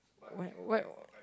what what